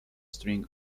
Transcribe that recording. string